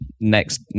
next